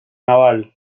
naval